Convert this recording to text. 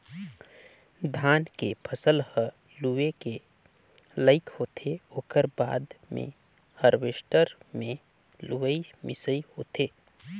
धान के फसल ह लूए के लइक होथे ओकर बाद मे हारवेस्टर मे लुवई मिंसई होथे